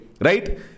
Right